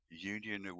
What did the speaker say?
Union